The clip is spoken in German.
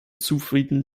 zufrieden